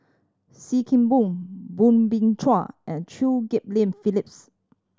Sim Kee Boon Soo Bin Chua and Chew Get Lian Phyllis